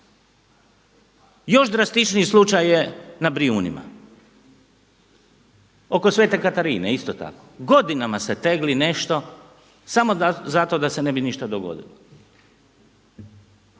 Još drastičniji slučaj je na Brijunima, oko Svete Katarine isto tako. Godinama se tegli nešto samo zato da se ne bi ništa dogodilo.